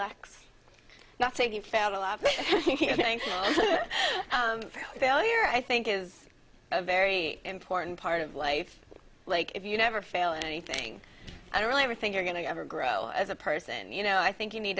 lacks not taking found a lot of failure i think is a very important part of life like if you never fail in anything i don't really ever think you're going to ever grow as a person you know i think you need